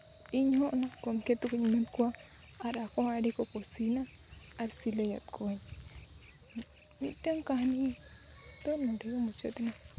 ᱤᱧ ᱦᱚᱸ ᱚᱱᱟ ᱜᱚᱢᱠᱮ ᱛᱟᱠᱚᱧ ᱮᱢᱟᱫ ᱠᱚᱣᱟ ᱟᱨ ᱟᱠᱚ ᱦᱚᱸ ᱟᱹᱰᱤ ᱠᱚ ᱠᱩᱥᱤᱭᱮᱱᱟ ᱟᱨ ᱥᱤᱞᱟᱹᱭᱟᱫ ᱠᱚᱣᱟᱹᱧ ᱢᱤᱫᱴᱟᱝ ᱠᱟᱹᱦᱱᱤ ᱫᱚ ᱱᱚᱸᱰᱮ ᱜᱮ ᱢᱩᱪᱟᱹᱫ ᱮᱱᱟ